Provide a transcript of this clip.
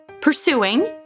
pursuing